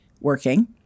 working